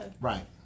Right